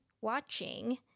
watching